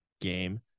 game